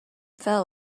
fell